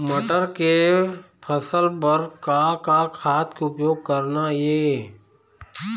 मटर के फसल बर का का खाद के उपयोग करना ये?